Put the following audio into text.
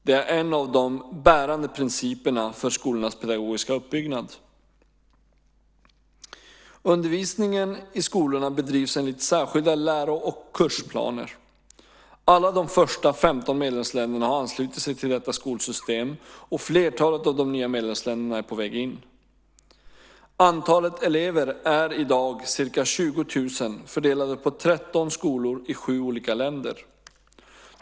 Det är en av de bärande principerna för skolornas pedagogiska uppbyggnad. Undervisningen i skolorna bedrivs enligt särskilda läro och kursplaner. Alla de första 15 medlemsländerna har anslutit sig till detta skolsystem och flertalet av de nya medlemsländerna är på väg in. Antalet elever är i dag ca 20 000 fördelade på 13 skolor i sju olika länder.